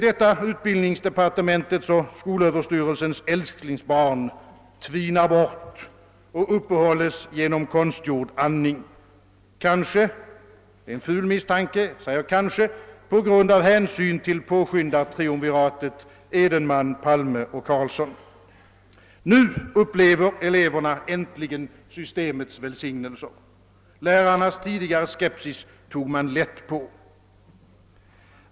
Detta utbildningsdepartementets och skolöverstyrelsens älsklingsbarn tvinar bort och uppehålles genom konstgjord andning, kanske — det är en ful misstanke, och därför säger jag kanske — på grund av hänsyn till påskyndartriumviratet Edenman, Palme och Carlsson. Nu upplever eleverna äntligen systemets välsignelse — lärarnas tidigare skepsis tog man lätt på.